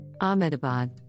ahmedabad